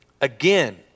Again